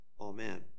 Amen